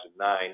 2009